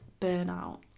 burnout